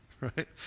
right